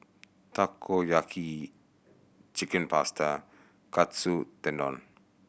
Takoyaki Chicken Pasta Katsu Tendon